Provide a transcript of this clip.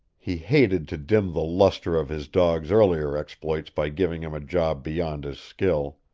he hated to dim the luster of his dog's earlier exploits by giving him a job beyond his skill.